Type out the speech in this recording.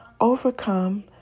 overcome